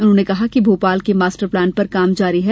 उन्होंने कहा कि भोपाल के मास्टर प्लान पर काम जारी है